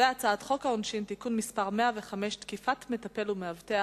והצעת חוק העונשין (תיקון מס' 105) (תקיפת מטפל ומאבטח),